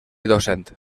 docent